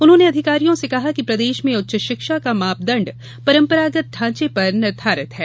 उन्होंने अधिकारियों से कहा कि प्रदेश में उच्च शिक्षा का मापदण्ड परंपरागत ढांचे पर निर्धारित है